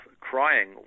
crying